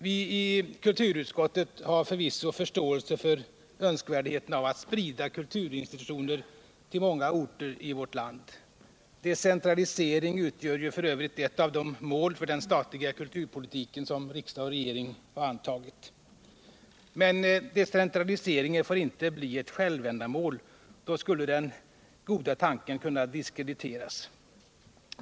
Vi har förvisso från kulturutskottets sida förståelse för önskvärdheten att sprida kulturinstitutioner till många orter i vårt land. Decentralisering utgör f. ö. ett av de mål för den statliga kulturpolitiken, som riksdag och regering har antagit. Men decentraliseringen får inte bli ett självändamål. Då skulle den goda tanken kunna diskrediteras.